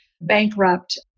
bankrupt